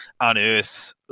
unearth